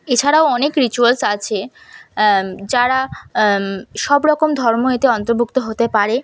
এছাড়াও অনেক রিচুয়ালস আছে যারা সব রকম ধর্ম এতে অন্তর্ভুক্ত হতে পারে